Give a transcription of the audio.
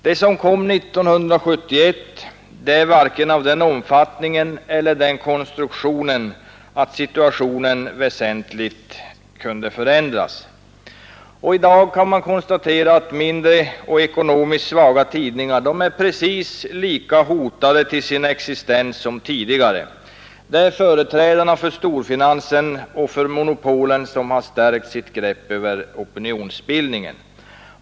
Det som kom 1971 är varken av den omfattningen eller av den konstruktionen att situationen väsentligt kunnat förändras. Och i dag kan man konstatera att mindre och ekonomiskt svaga tidningar är precis lika hotade till sin existens som tidigare. Det är företrädarna för storfinansen och monopolen som har stärkt sitt grepp över opinionsbildningen.